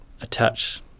attach